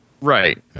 Right